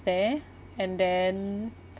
there and then